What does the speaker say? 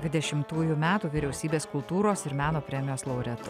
dvidešimtųjų metų vyriausybės kultūros ir meno premijos laureatu